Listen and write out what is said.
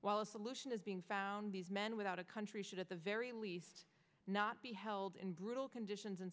while a solution is being found these men without a country should at the very least not be held in brutal conditions in